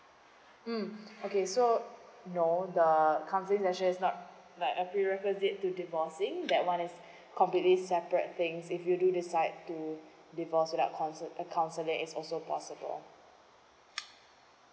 mm okay so no the counselling session is not like a prerequisite to divorcing that one is completely separate things if you do decide to divorce without counsel uh counselling is also possible